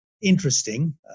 interesting